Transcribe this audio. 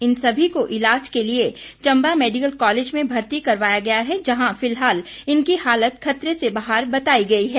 इन सभी को इलाज के लिए चम्बा मैडिकल कॉलेज में भर्ती करवाया गया है जहां फिलहाल इनकी हालत खतरे से बाहर बताई गई है